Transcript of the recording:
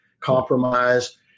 compromise